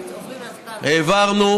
העברנו,